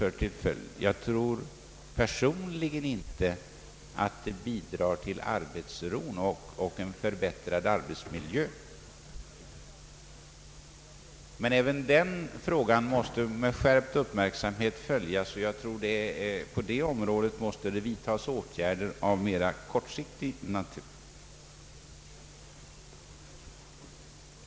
Personligen tror jag inte att det kommer att bidra till en förbättrad arbetsro och arbetsmiljö. Även den aspekten av frågan måste följas med skärpt uppmärksamhet, och åtgärder även av mer kortsiktig natur måste kanske snarast vidtas.